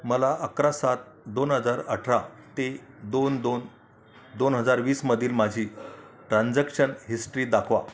मला अकरा सात दोन हजार अठरा ते दोन दोन दोन हजार वीसमधील माझी ट्रान्झॅक्शन हिस्टरी दाखवा